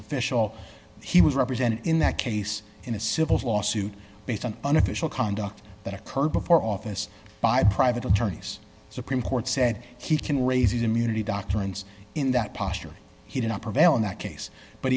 official he was represented in that case in a civil lawsuit based on unofficial conduct that occurred before office by private attorneys supreme court said he can raise immunity doctrines in that posture he did not prevail in that case but